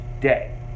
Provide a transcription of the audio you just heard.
Day